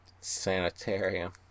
Sanitarium